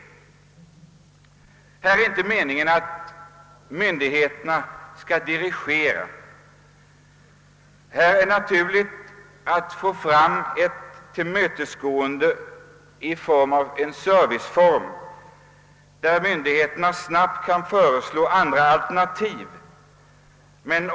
Här är det inte meningen att myndigheterna skall dirigera. Det är naturligt att här få ett tillmötesgående i en serviceform, så att myndigheterna snabbt kan föreslå andra alternativ.